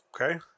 Okay